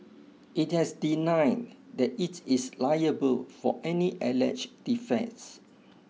it has denied that it is liable for any alleged defects